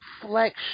Flex